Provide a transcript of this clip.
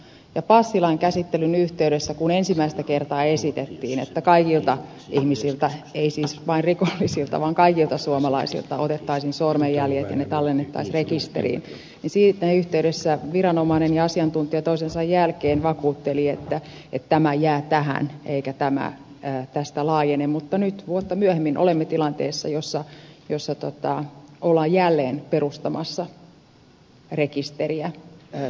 kun passilain käsittelyn yhteydessä ensimmäistä kertaa esitettiin että kaikilta ihmisiltä ei siis vain rikollisilta vaan kaikilta suomalaisilta otettaisiin sormenjäljet ja tallennettaisiin rekisteriin siinä yhteydessä viranomainen ja asiantuntija toisensa jälkeen vakuutteli että tämä jää tähän eikä tämä tästä laajene mutta nyt vuotta myöhemmin olemme tilanteessa jossa ollaan jälleen perustamassa rekisteriä sormenjäljistä